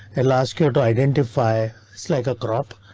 they'll ask you to identify slika crop.